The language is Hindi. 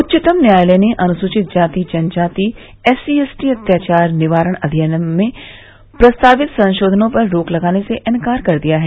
उच्चतम न्यायालय ने अनुसूचित जाति जनजाति एससीएसटी अत्याचार निवारण अधिनियम में प्रस्तावित संशोधनों पर रोक लगाने से इंकार कर दिया है